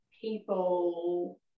people